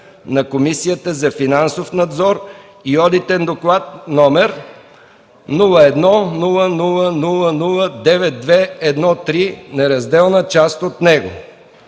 на Комисията за финансов надзор и Одитен доклад № 0100009213, неразделна част от него.